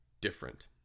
different